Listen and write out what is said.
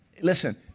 Listen